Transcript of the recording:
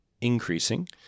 increasing